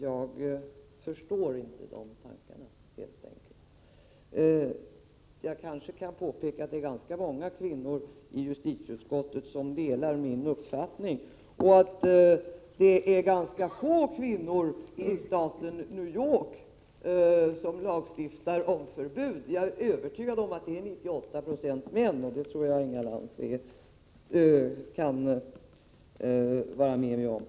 Jag förstår inte dem som tycker så. Låt mig påpeka att ganska många kvinnor i justitieutskottet delar min uppfattning. Det är också ganska få kvinnor i staten New York som vill lagstifta om förbud. Jag är övertygad om att det är 98 90 män.